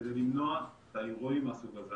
כדי למנוע אירועים מהסוג הזה.